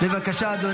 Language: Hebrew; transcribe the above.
אתה יכול להתחתן,